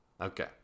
Okay